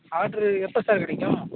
order எப்போ sir கிடைக்கும்